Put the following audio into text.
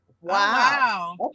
Wow